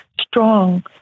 strong